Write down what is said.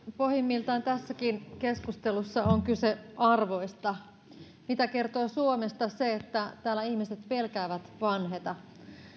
pohjimmiltaan tässäkin keskustelussa on kyse arvoista mitä kertoo suomesta se että täällä ihmiset pelkäävät vanheta